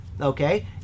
okay